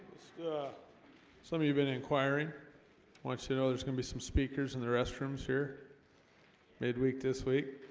ah some of you've been inquiring once you know there's gonna be some speakers in the restrooms here midweek this week